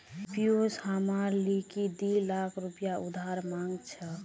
पियूष हमार लीगी दी लाख रुपया उधार मांग छ